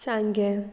सांगें